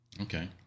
Okay